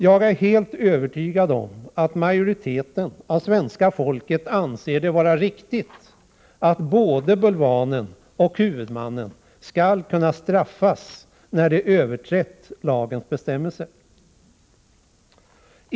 Jag är helt övertygad om att majoriteten av svenska folket anser det vara riktigt att både bulvanen och huvudmannen skall kunna straffas när de överträtt lagens bestämmelser.